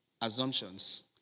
Assumptions